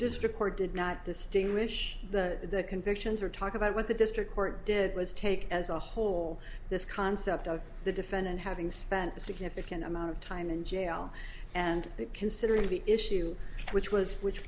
district court did not the sting rish the convictions or talk about what the district court did was take as a whole this concept of the defendant having spent a significant amount of time in jail and considering the issue which was which